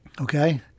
Okay